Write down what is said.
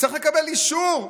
צריך לקבל אישור.